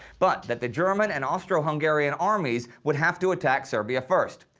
but that the german and austro-hungarian armies would have to attack serbia first.